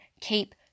keep